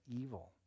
evil